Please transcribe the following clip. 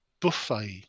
buffet